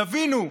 תבינו,